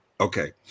Okay